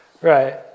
Right